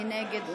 מי נגד?